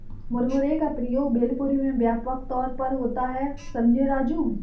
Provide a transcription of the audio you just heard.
मुरमुरे का प्रयोग भेलपुरी में व्यापक तौर पर होता है समझे राजू